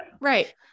right